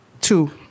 two